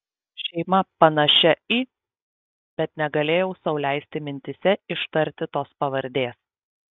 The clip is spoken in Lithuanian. šeima panašia į bet negalėjau sau leisti mintyse ištarti tos pavardės